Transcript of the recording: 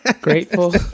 grateful